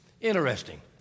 Interesting